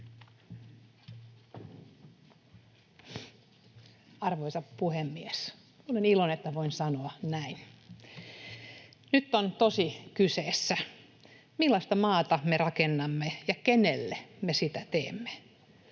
Arvoisa puhemies! Olen iloinen, että voin sanoa näin. Nyt on tosi kyseessä. Millaista maata me rakennamme, ja kenelle me sitä teemme?